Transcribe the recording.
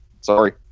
Sorry